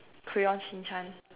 Crayon-Shin-Chan